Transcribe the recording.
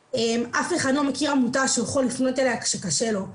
אף אחד לא מכיר עמותה שהוא יכול לפנות אליה כשקשה לו.